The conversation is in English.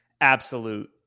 absolute